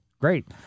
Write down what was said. Great